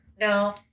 No